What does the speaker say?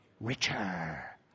richer